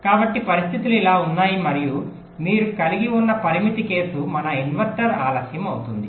కాబట్టి పరిస్థితులు ఇలా ఉన్నాయి మరియు మీరు కలిగి ఉన్న పరిమితి కేసు మన ఇన్వర్టర్ ఆలస్యం అవుతుంది